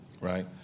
right